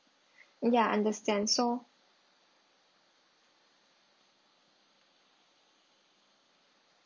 ya understand so